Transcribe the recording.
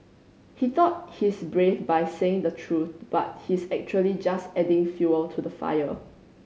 he thought he's brave by saying the truth but he's actually just adding fuel to the fire